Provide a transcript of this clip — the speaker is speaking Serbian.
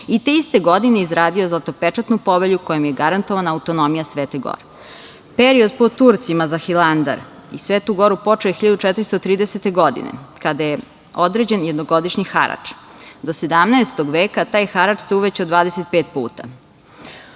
i te iste godine izradio Zlatopečatnu povelju kojom je garantovana autonomija Svete gore. Period pod Turcima za Hilandar i Svetu goru počeo je 1430. godine, kada je određen jednogodišnji harač. Do 17. veka taj harač se uvećao 25 puta.U